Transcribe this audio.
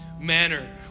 manner